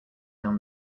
down